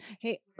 hey